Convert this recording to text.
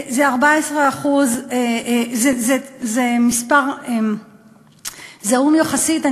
זה 14%. זה מספר זעום יחסית.